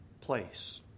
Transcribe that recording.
place